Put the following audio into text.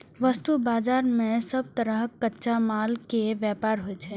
वस्तु बाजार मे सब तरहक कच्चा माल के व्यापार होइ छै